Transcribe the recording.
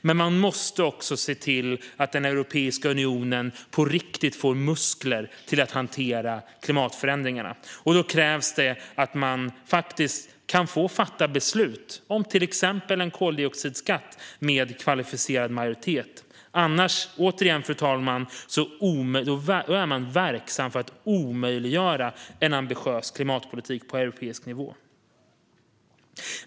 Men man måste också se till att Europeiska unionen på riktigt får muskler till att hantera klimatförändringarna. Då krävs det att man kan få fatta beslut om till exempel en koldioxidskatt med kvalificerad majoritet. Annars är man, fru talman, verksam för att omöjliggöra en ambitiös klimatpolitik på europeisk nivå.